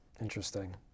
Interesting